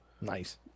Nice